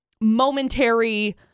momentary